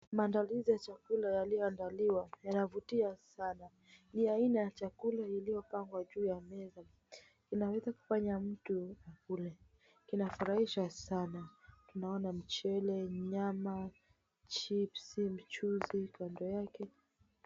Mandalizi ya chakula yaliyoandaliwa yanavutia sana. Ni aina ya chakula iliyopangwa juu ya meza. Inaweza kumfanya mtu akule. Kinafurahisha sana. Tunaona mchele, nyama, chipsi, mchuzi kando yake.